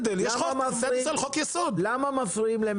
למה אתה לא עושה את